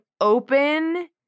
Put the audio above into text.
open